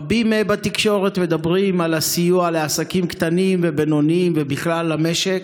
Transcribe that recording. רבים בתקשורת מדברים על הסיוע לעסקים קטנים ובינוניים ובכלל למשק,